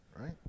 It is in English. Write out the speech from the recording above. right